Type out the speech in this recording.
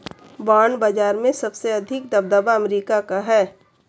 bond बाजार में सबसे अधिक दबदबा अमेरिका का है